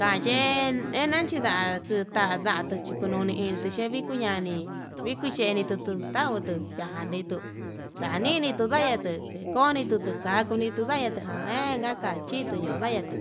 Kaye'e enanchi nda tuku noni yetuviku nduku ñani, viko xhenitu tututai nituu yanini tutuyadatu tikonitu tuu ka'a takuni kakuni tundaya tuu ndakanja, chituu nodayatu